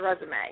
Resume